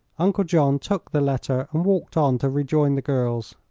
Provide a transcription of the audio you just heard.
uncle john took the letter and walked on to rejoin the girls.